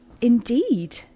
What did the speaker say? Indeed